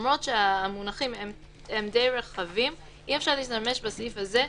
ברגע שהחוק עובר אם החוק עובר ישתמשו בו מחרתיים.